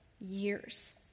years